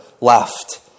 left